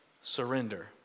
Surrender